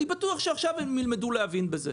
אני בטוח שעכשיו הם ילמדו להבין בזה.